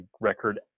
record